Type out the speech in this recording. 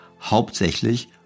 hauptsächlich